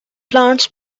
plants